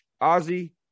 Ozzy